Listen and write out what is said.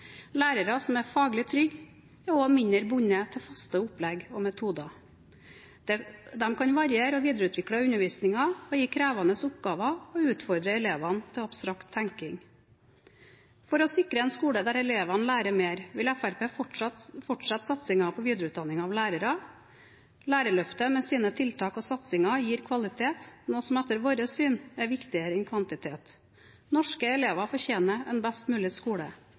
Lærere som er faglig trygge, er også mindre bundet til faste opplegg og metoder. De kan variere og videreutvikle undervisningen og gi krevende oppgaver og utfordre elevene til abstrakt tenkning. For å sikre en skole der elevene lærer mer vil Fremskrittspartiet fortsette satsingen på videreutdanning av lærere. Lærerløftet med sine tiltak og satsinger gir kvalitet, noe som etter vårt syn er viktigere enn kvantitet. Norske elever fortjener en best mulig skole.